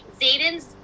Zayden's